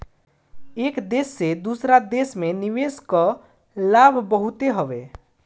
एक देस से दूसरा देस में निवेश कअ लाभ बहुते हवे